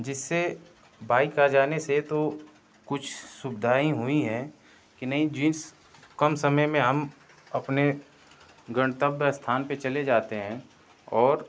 जिससे बाइक आ जाने से तो कुछ सुविधाएँ हुईं हैं कि नई जींस कम समय में हम अपने गंतब्य स्थान पर चले जाते हैं और